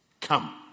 come